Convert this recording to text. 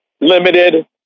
limited